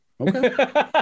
okay